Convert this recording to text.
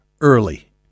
early